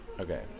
Okay